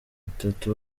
batatu